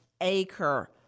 acre